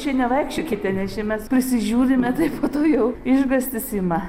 čia nevaikščiokite nes čia mes prisižiūrime taip po to jau išgąstis ima